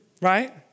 Right